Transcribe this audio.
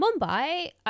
Mumbai